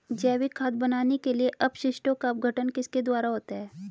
जैविक खाद बनाने के लिए अपशिष्टों का अपघटन किसके द्वारा होता है?